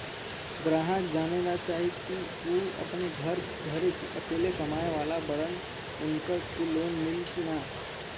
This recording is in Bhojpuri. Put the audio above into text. ग्राहक जानेला चाहे ले की ऊ अपने घरे के अकेले कमाये वाला बड़न उनका के लोन मिली कि न?